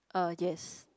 uh yes